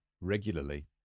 regularly